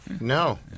no